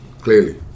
clearly